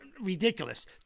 ridiculous